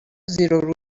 زیرورو